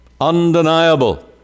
undeniable